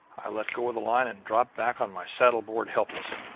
i let go of the line and dropped back on my saddle-board helpless,